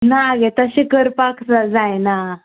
ना गे तशें करपाक जायना